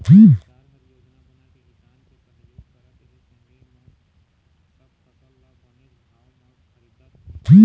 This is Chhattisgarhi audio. सरकार ह योजना बनाके किसान के सहयोग करत हे संगे म सब फसल ल बनेच भाव म खरीदत हे